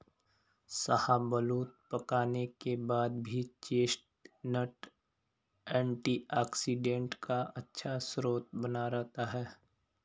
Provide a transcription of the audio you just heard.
शाहबलूत पकाने के बाद भी चेस्टनट एंटीऑक्सीडेंट का अच्छा स्रोत बना रहता है